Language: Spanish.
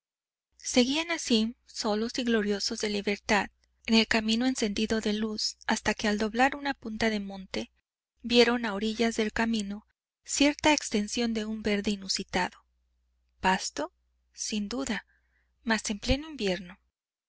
seguían así solos y gloriosos de libertad en el camino encendido de luz hasta que al doblar una punta de monte vieron a orillas del camino cierta extensión de un verde inusitado pasto sin duda mas en pleno invierno